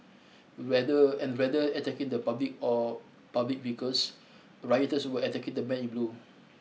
rather and rather attacking the public or public vehicles rioters were attacking the men in blue